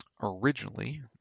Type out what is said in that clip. Originally